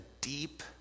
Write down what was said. deep